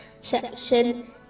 section